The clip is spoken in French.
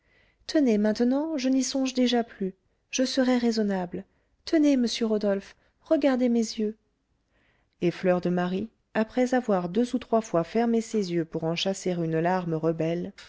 tenez maintenant je n'y songe déjà plus je serai raisonnable tenez monsieur rodolphe regardez mes yeux et fleur de marie après avoir deux ou trois fois fermé ses yeux pour en chasser une larme rebelle